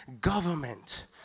government